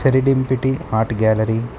శరిడింపిటి art gallery